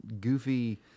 goofy